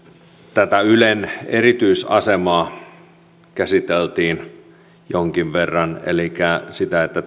tätä ylen erityisasemaa käsiteltiin jonkin verran elikkä sitä että